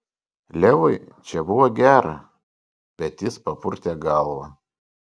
levui čia buvo gera bet jis papurtė galvą